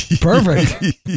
Perfect